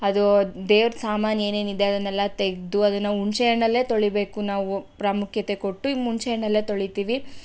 ಅದು ದೇವ್ರ ಸಾಮಾನು ಏನು ಏನು ಇದೆ ಅದನ್ನೆಲ್ಲ ತೆಗೆದು ಅದನ್ನು ಹುಣಿಸೆ ಹಣ್ಣಲ್ಲೇ ತೊಳಿಬೇಕು ನಾವು ಪ್ರಾಮುಖ್ಯತೆ ಕೊಟ್ಟು ಹಿಂಗ್ ಹುಣಸೆ ಹಣ್ಣಲ್ಲೆ ತೊಳಿತೀವಿ